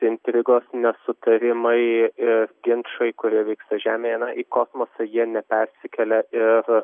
intrigos nesutarimai ir ginčai kurie vyksta žemėje į kosmosą jie nepersikelia ir